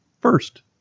first